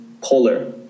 polar